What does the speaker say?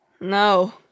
No